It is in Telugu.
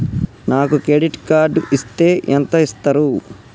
నాకు క్రెడిట్ కార్డు ఇస్తే ఎంత ఇస్తరు?